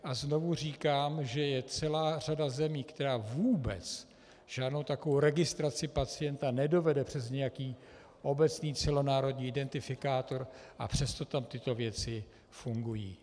A znovu říkám, že je celá řada zemí, která vůbec žádnou takovou registraci pacienta nedovede přes nějaký obecný celonárodní identifikátor, a přesto tam tyto věci fungují.